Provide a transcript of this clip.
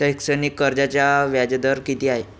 शैक्षणिक कर्जाचा व्याजदर किती आहे?